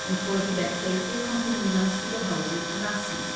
infolge der kälte konnte niemand die behausung verlassen